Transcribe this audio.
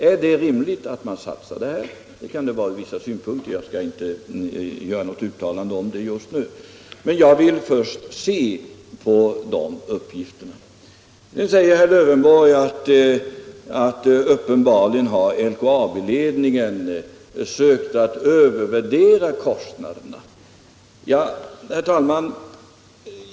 Kan det vara rimligt att satsa dessa pengar? Jag skall inte göra något uttalande om det just nu utan vill först se på resultatet av den samhällsekonomiska utvärderingen. Nu säger herr Lövenborg att LKAB-ledningen uppenbarligen har försökt att övervärdera kostnaderna.